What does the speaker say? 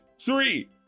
Three